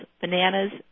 bananas